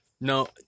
No